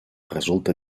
resulta